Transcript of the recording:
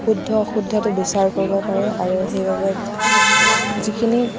শুদ্ধ অশুদ্ধটো বিচাৰ কৰিব পাৰে আৰু সেইবাবে যিখিনি